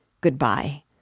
Goodbye